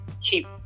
keep